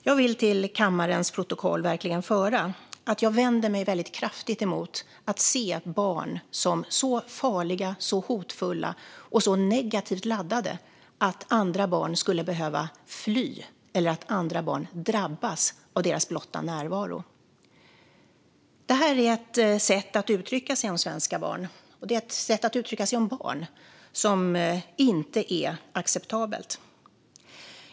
Jag vill till kammarens protokoll verkligen föra att jag vänder mig väldigt kraftigt emot att se barn som så farliga, hotfulla och negativt laddade att andra barn skulle behöva "fly" eller "drabbas" av deras blotta närvaro. Det här är ett sätt att uttrycka sig om barn som inte är acceptabelt.